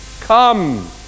come